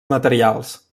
materials